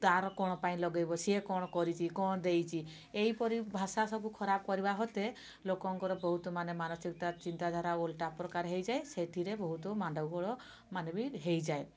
ତା'ର କ'ଣପାଇଁ ଲଗେଇବ ସିଏ କ'ଣ କରିଛି କ'ଣ ଦେଇଛି ଏଇପରି ଭାଷା ସବୁ ଖରାପ କରିବା ହତେ ଲୋକଙ୍କର ବହୁତ ମାନେ ମାନସିକତା ଚିନ୍ତାଧାରା ଓଲଟା ପ୍ରକାର ହୋଇଯାଏ ସେଥିରେ ବହୁତ ମାଡ଼ଗୋଳ ମାନେବି ହୋଇଯାଏ